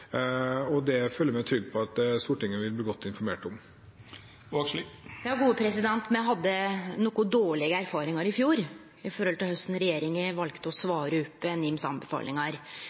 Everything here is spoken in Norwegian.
Det føler jeg meg trygg på at Stortinget vil bli godt informert om. Me hadde nokre dårlege erfaringar i fjor med korleis regjeringa valde å svare opp